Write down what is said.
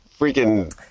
freaking